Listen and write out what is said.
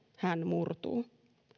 hän murtuu